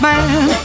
Man